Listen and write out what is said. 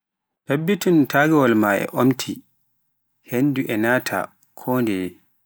tabbitin tagawal maa e omti henndu e naata kondeye.